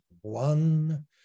one